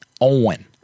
owen